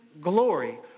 glory